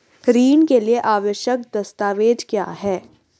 ऋण के लिए आवश्यक दस्तावेज क्या हैं?